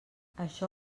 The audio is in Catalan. això